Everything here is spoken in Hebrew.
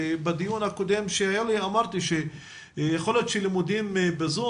בדיון הקודם שערכנו אמרתי שיכול להיות שלימודים בזום